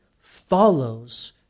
follows